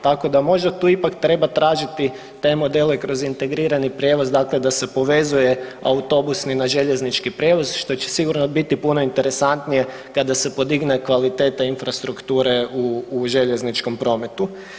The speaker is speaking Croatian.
Tako da možda tu ipak treba tražiti te modele kroz integrirani prijevoz dakle da se povezuje autobus na željeznički prijevoz što će sigurno biti puno interesantnije kada se podigne kvaliteta infrastrukture u željezničkom prometu.